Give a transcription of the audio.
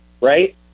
right